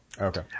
Okay